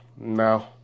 No